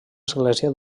església